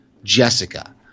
jessica